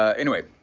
ah anyway,